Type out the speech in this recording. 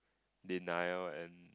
denial and